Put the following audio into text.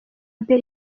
abe